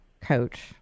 coach